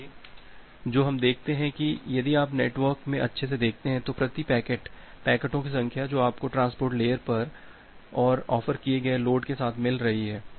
इसलिए जो हम देखते हैं कि यदि आप नेटवर्क में अच्छे से देखते हैं तो प्रति पैकेट पैकेट की संख्या जो आपको ट्रांसपोर्ट लेयर पर और ऑफर किए गए लोड के साथ मिल रही है